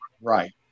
right